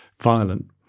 violent